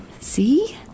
See